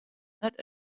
not